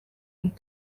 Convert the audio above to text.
ning